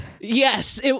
Yes